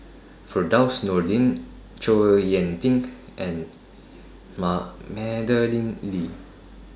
Firdaus Nordin Chow Yian Ping and Madeleine Lee